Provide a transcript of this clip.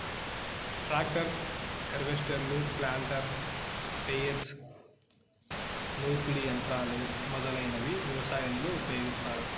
tractor, హార్వెస్టర్లు, planter, sprayers, నూర్పిడి యంత్రాలు మొదలైనవి వ్యవసాయంలో ఉపయోగిస్తారు